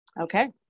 Okay